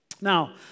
Now